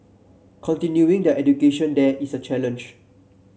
continuing their education there is a challenge